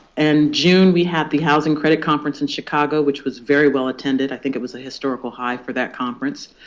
and june, we had the housing credit conference in chicago, which was very well attended. i think it was a historical high for that conference.